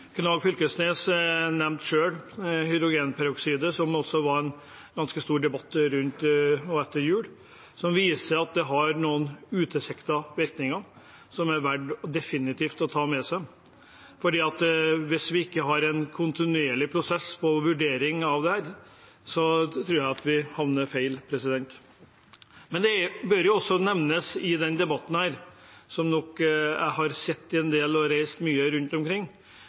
Knag Fylkesnes nevnte selv hydrogenperoksid, som var en ganske stor debatt rundt og etter jul, som viser at det har noen utilsiktede virkninger som definitivt er verdt å ta med seg. Hvis vi ikke har en kontinuerlig prosess når det gjelder vurderingen av dette, tror jeg vi havner feil. Det bør nevnes i denne debatten det jeg har sett en del av når jeg har reist så mye rundt omkring: